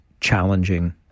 challenging